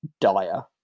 dire